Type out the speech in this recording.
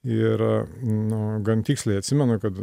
ir nu gan tiksliai atsimenu kad